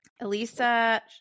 Elisa